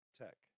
tech